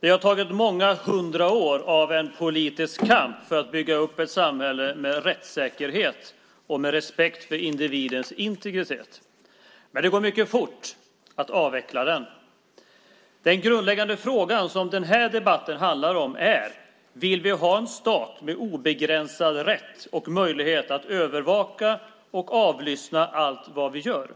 Det har behövts många hundra år av politisk kamp för att bygga upp ett samhälle med rättssäkerhet och med respekt för individens integritet, något som det dock går mycket fort att avveckla. Den grundläggande fråga som den här debatten handlar om är om vi vill ha en stat med obegränsad rätt och möjlighet att övervaka och avlyssna allt som vi gör.